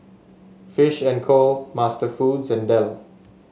Fish and Co MasterFoods and Dell